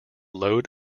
load